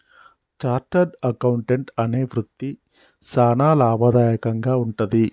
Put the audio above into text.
chartered accountant అనే వృత్తి సానా లాభదాయకంగా వుంటది